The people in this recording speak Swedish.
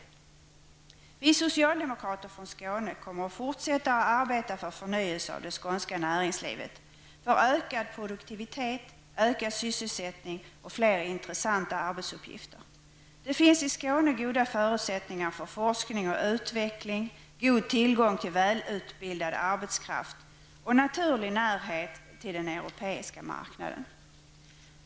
Vi socialdemokrater från Skåne kommer att fortsätta att arbeta för förnyelse av det skånska näringslivet, för ökad produktivitet, för ökad sysselsättning och för fler intressanta arbetsuppgifter. Det finns i Skåne goda förutsättningar för forskning och utveckling, god tillgång till välutbildad arbetskraft och naturlig närhet till den europeiska marknaden.